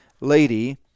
lady